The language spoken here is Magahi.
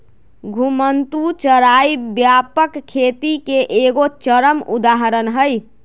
घुमंतू चराई व्यापक खेती के एगो चरम उदाहरण हइ